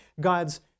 God's